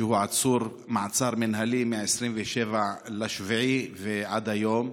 שעצור במעצר מינהלי מ-27 ביולי עד היום.